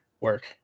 work